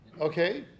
Okay